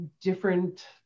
different